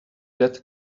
that